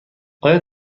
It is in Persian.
آیا